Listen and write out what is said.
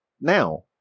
Now